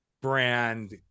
brand